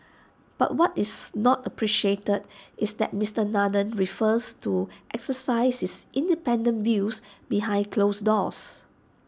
but what is not appreciated is that Mister Nathan prefers to exercise his independent views behind closed doors